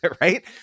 right